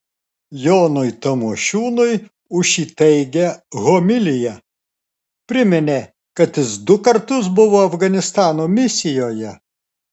jonui tamošiūnui už įtaigią homiliją priminė kad jis du kartus buvo afganistano misijoje